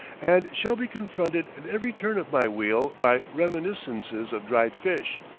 and shall be confronted at every turn of my wheel by reminiscences of dried fish,